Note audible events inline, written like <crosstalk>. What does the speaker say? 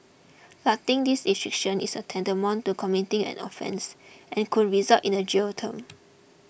flouting these restrictions is tantamount to committing an offence and could result in a jail term <noise>